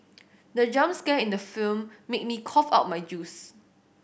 the jump scare in the film made me cough out my juice